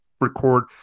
record